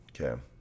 Okay